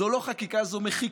זו לא חקיקה, זו מחיקה.